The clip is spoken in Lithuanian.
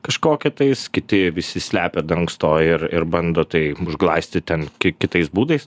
kažkokią tais kiti visi slepia dangsto ir ir bando tai užglaistyt ten ki kitais būdais